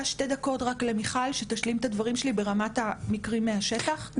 לתת שתי דקות למיכל קודם שתשלים את הדברים שלי ברמת המקרים מהשטח.